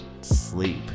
sleep